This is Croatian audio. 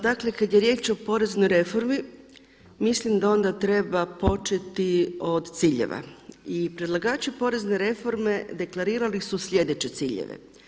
Dakle, kad je riječ o poreznoj reformi mislim da onda treba početi od ciljeva i predlagači porezne reforme deklarirali su sljedeće ciljeve.